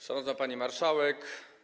Szanowna Pani Marszałek!